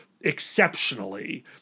exceptionally